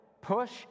push